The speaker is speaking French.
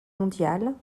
mondiale